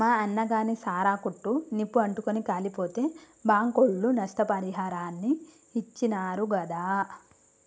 మా అన్నగాని సారా కొట్టు నిప్పు అంటుకుని కాలిపోతే బాంకోళ్లు నష్టపరిహారాన్ని ఇచ్చినారు గాదా